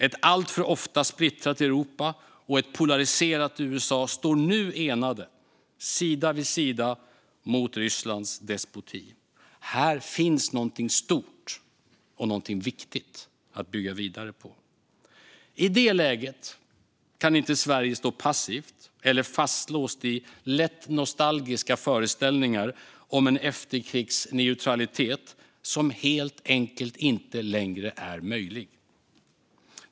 Ett alltför ofta splittrat Europa och ett polariserat USA står nu enade, sida vid sida, mot Rysslands despoti. Här finns någonting stort och någonting viktigt att bygga vidare på. I det läget kan Sverige inte stå passivt eller fastlåst i lätt nostalgiska föreställningar om en efterkrigsneutralitet som helt enkelt inte längre är möjlig.